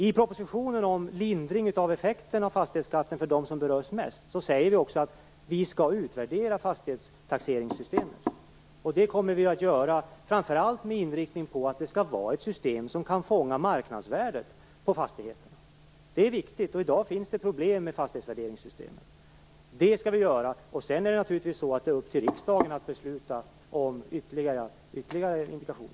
I propositionen om lindring av effekterna av fastighetsskatten för dem som berörs mest säger vi att vi skall utvärdera fastighetstaxeringssystemet. Det kommer vi också att göra, framför allt med inriktning på att det skall vara ett system som kan fånga marknadsvärdet på fastigheterna. Det är viktigt. I dag finns det problem med fastighetsvärderingssystemet. Sedan är det naturligtvis upp till riksdagen att besluta om ytterligare indikation.